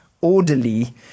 orderly